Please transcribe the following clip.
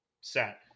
set